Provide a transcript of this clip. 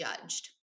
judged